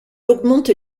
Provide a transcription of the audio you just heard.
augmente